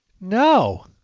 No